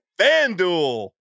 FanDuel